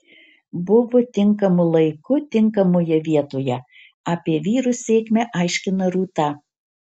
buvo tinkamu laiku tinkamoje vietoje apie vyro sėkmę aiškina rūta